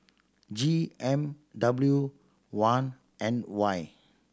G M W one N Y